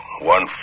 One